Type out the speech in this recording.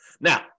now